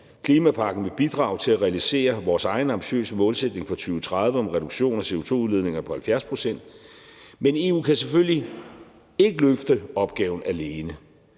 Klimapakken vil bidrage til at realisere vores egen ambitiøse målsætning for 2030 om en reduktion af CO2-udledninger på 70 pct. Men EU kan selvfølgelig ikke løfte opgaven alene,